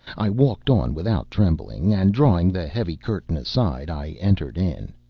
i walked on without trembling, and drawing the heavy curtain aside i entered in.